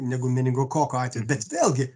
negu meningokoko atveju bet vėlgi